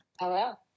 Hello